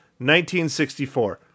1964